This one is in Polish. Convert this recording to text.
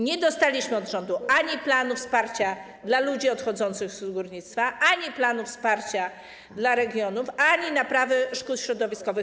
Nie dostaliśmy od rządu ani planu wsparcia dla ludzi odchodzących z górnictwa, ani planu wsparcia dla regionów, ani planu naprawy szkód środowiskowych.